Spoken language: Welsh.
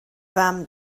fam